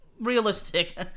realistic